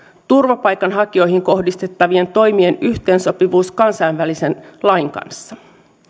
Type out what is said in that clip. turvapaikanhakijoihin kohdistettavien toimien yhteensopivuus kansainvälisen lain kanssa